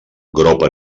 gropa